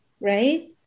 right